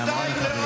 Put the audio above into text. אי-אפשר ככה.